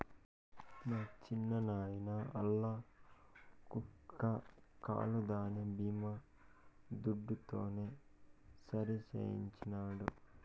మా చిన్నాయిన ఆల్ల కుక్క కాలు దాని బీమా దుడ్డుతోనే సరిసేయించినాడు